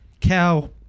Cow